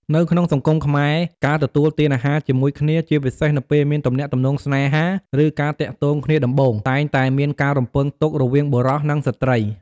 នៅក្នុងសង្គមខ្មែរ ការទទួលទានអាហារជាមួយគ្នា ជាពិសេសនៅពេលមានទំនាក់ទំនងស្នេហា ឬការទាក់ទងគ្នាដំបូង តែងតែមានការរំពឹងទុករវាងបុរស និងស្ត្រី។